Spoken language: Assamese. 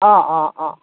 অঁ অঁ অঁ